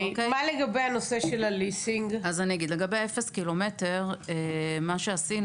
אני ממש סקפטית.